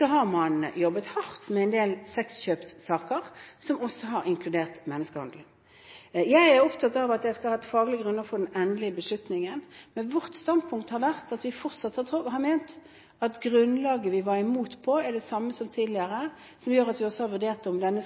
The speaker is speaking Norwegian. har man jobbet hardt med en del sexkjøpssaker som også har inkludert menneskehandel. Jeg er opptatt av at jeg skal ha et faglig grunnlag for den endelige beslutningen. Vårt standpunkt har vært at vi fortsatt mener at grunnlaget vi var imot på, er det samme som tidligere, noe som gjør at vi har vurdert om loven